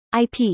IP